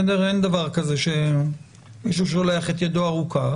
אין דבר כזה שמישהו שולח את ידו הארוכה.